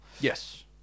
Yes